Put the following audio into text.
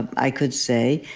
ah i could say,